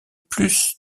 plus